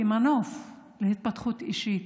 כמנוף להתפתחות אישית.